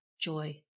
joy